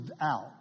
out